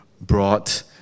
brought